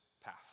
path